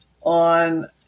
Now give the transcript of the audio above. on